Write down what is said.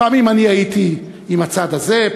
פעמים הייתי עם הצד הזה,